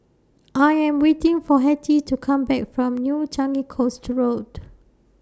I Am waiting For Hetty to Come Back from New Changi Coast Road